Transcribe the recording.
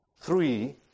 three